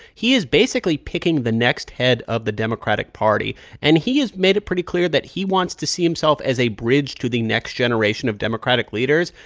he is basically picking the next head of the democratic party and he has made it pretty clear that he wants to see himself as a bridge to the next generation of democratic leaders.